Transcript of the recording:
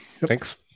Thanks